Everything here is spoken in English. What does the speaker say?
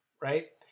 right